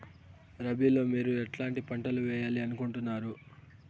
రబిలో మీరు ఎట్లాంటి పంటలు వేయాలి అనుకుంటున్నారు?